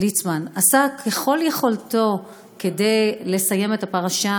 ליצמן עשה ככל יכולתו כדי לסיים את הפרשה,